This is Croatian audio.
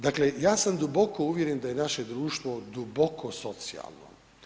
Dakle, ja sam duboko uvjeren da je naše društvo duboko socijalno.